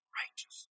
righteous